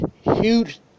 huge